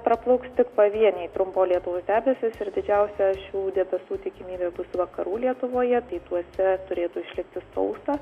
praplauks tik pavieniai trumpo lietaus debesys ir didžiausia šių debesų tikimybė bus vakarų lietuvoje pietuose turėtų išlikti sausa